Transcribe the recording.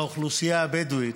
באוכלוסייה הבדואית,